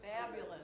fabulous